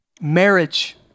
Marriage